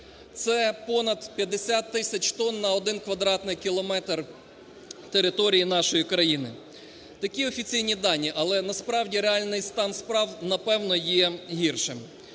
Це понад 50 тисяч тонн на один квадратний кілометр території нашої країни. Такі офіційні дані, але насправді реальний стан справ, напевно, є гіршим.